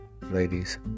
ladies